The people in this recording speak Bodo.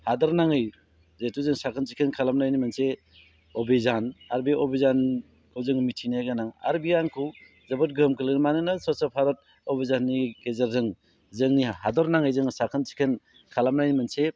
हादोर नाङै जिहेथु जों साखोन सिखोन खालामनायनि मोनसे अबिजान आरो बे अभिजानखौ जोङो मिथिनाया गोनां आरो बेयो आंखौ जोबोद गोहोम खोख्लैदों मानोना स्वच्च भारत अभिजाननि गेजेरजों जोंनि हादरनाङै जोङो साखोन सिखोन खालामनायनि मोनसे